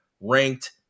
ranked